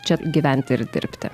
čia gyventi ir dirbti